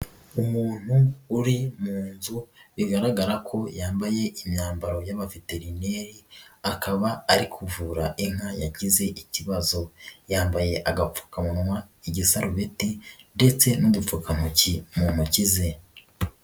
Umuntu uri mu nzu, bigaragara ko yambaye imyambaro y'abaveterineri, akaba ari kuvura inka yagize ikibazo, yambaye agapfukamunwa, igisarubeti ndetse n'udupfukantoki mu ntoki ze.